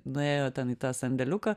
nuėjo ten į tą sandėliuką